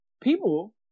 people